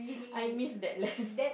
I miss that lamb